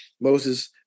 Moses